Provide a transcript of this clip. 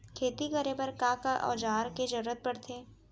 खेती करे बर का का औज़ार के जरूरत पढ़थे?